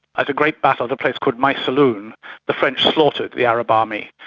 like great battle at a place called maysalun, the french slaughtered the arab army.